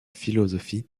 philosophie